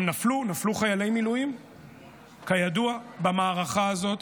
הם נפלו, נפלו חיילי מילואים, כידוע, במערכה הזאת.